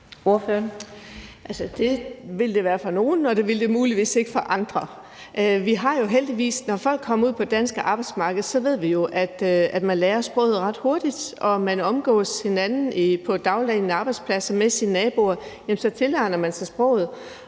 det vil det være for nogle, og det vil det muligvis ikke for andre. Når folk kommer ud på det danske arbejdsmarked, ved vi jo, at man lærer sproget ret hurtigt, og når man omgås hinanden i dagligdagen på en arbejdsplads og med sine naboer, tilegner man sig sproget.